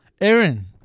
aaron